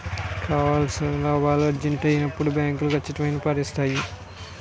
కావాల్సిన లాభాలు ఆర్జించేటప్పుడు బ్యాంకులు కచ్చితత్వాన్ని పాటిస్తాయి